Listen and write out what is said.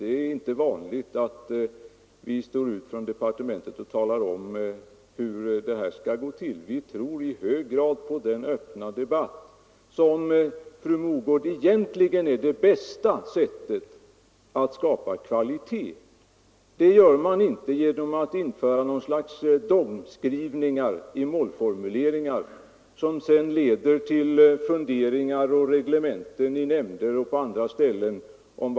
Det är inte vanligt att vi i departementet står upp och talar om hur lösningarna skall se ut innan remisserna kommit in. Vi tror i hög grad på den öppna debatt som, fru Mogård, egentligen är det bästa sättet att skapa kvalitet. Det gör man inte genom något slags dogmskrivningar och målformuleringar om vad kvalitet är — skrivningar som sedan leder till funderingar och reglementen i nämnder och på andra håll.